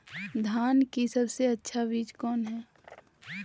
धान की सबसे अच्छा बीज कौन है?